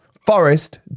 Forest